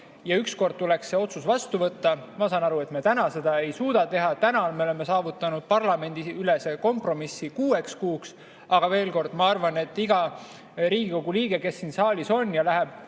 ja ükskord tuleks see otsus vastu võtta. Ma saan aru, et me täna me seda teha ei suuda, täna me oleme saavutanud parlamendiülese kompromissi kuueks kuuks, aga ma arvan, et iga Riigikogu liige, kes siin saalis on ja läheb